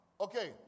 okay